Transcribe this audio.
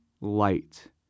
light